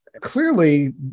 clearly